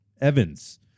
Evans